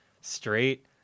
straight